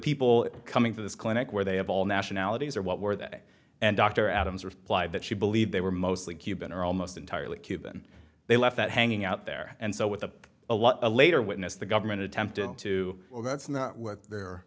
people coming to this clinic where they have all nationalities are what were they and dr adams replied that she believed they were mostly cuban or almost entirely cuban they left that hanging out there and so with the a lot later witness the government attempted to well that's not what they're